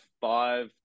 five